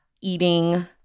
eating